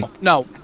no